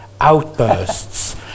outbursts